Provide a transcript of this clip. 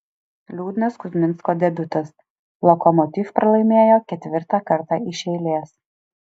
liūdnas kuzminsko debiutas lokomotiv pralaimėjo ketvirtą kartą iš eilės